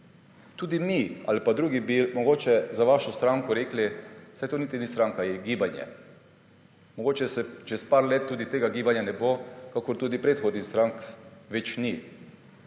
Tudi mi ali pa drugi bi mogoče za vašo stranko rekli, saj to niti ni stranka, je gibanje. Mogoče čez nekaj let tudi tega gibanja ne bo, kakor tudi predhodnih strank več ni,